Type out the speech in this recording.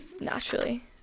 naturally